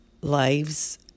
lives